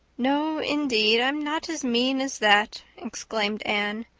no, indeed, i'm not as mean as that, exclaimed anne.